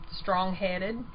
strong-headed